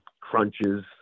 crunches